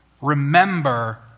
remember